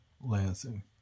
Lansing